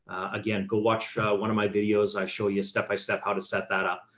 again, go watch one of my videos. i show you a step by step, how to set that up.